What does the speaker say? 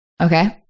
okay